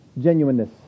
genuineness